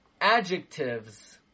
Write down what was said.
adjectives